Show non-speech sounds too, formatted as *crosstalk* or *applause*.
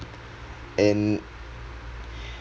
and *breath*